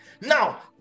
now